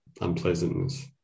unpleasantness